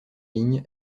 ligne